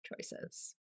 choices